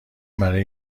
برای